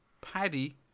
paddy